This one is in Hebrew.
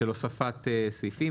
של הוספת סעיפים.